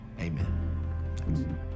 Amen